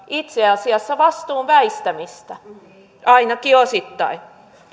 itse asiassa vastuun väistämistä ainakin osittain